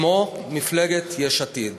כמו מפלגת יש עתיד.